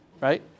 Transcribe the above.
right